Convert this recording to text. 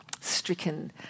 stricken